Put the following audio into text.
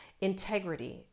integrity